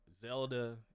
Zelda